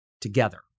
together